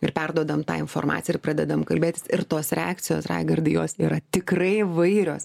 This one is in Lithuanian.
ir perduodam tą informacijąir pradedame kalbėtis ir tos reakcijos raigardai jos yra tikrai įvairios